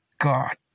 God